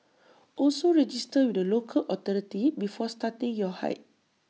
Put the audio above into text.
also register with the local authority before starting your hike